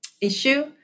issue